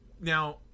Now